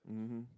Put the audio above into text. mmhmm